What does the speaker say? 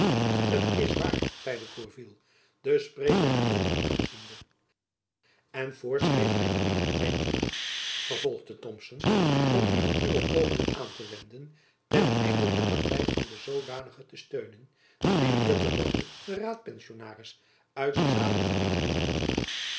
t is waar zeide gourville den spreker verwonderd aanziende en voorts geeft hy u in bedenking vervolgde thomson om liever uwe pogingen aan te wenden ten einde de party van de zoodanigen te steunen die hier te lande den raadpensionaris uit den zadel zoeken te lichten